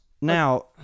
Now